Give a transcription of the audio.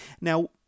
Now